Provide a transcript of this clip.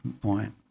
point